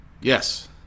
Yes